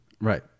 Right